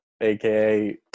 AKA